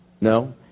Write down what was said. No